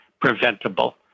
preventable